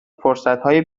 فرصتهای